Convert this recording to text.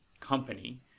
company